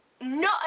no